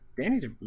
Danny's